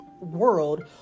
world